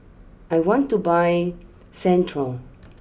I want to buy Centrum